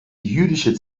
jüdische